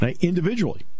Individually